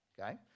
Okay